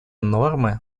нормы